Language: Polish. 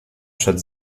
przed